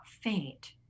faint